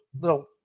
little